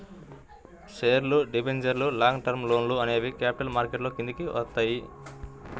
షేర్లు, డిబెంచర్లు, long term లోన్లు అనేవి క్యాపిటల్ మార్కెట్ కిందికి వత్తయ్యి